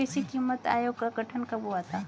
कृषि कीमत आयोग का गठन कब हुआ था?